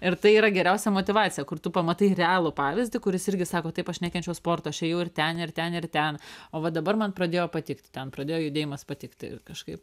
ir tai yra geriausia motyvacija kur tu pamatai realų pavyzdį kuris irgi sako taip aš nekenčiau sporto aš ėjau ir ten ir ten ir ten o va dabar man pradėjo patikti ten pradėjo judėjimas patikti kažkaip